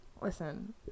Listen